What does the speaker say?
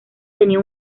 tenía